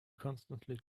constantly